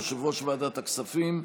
יושב-ראש ועדת הכספים,